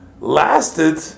lasted